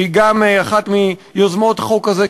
שהיא גם אחת מיוזמות החוק הזה,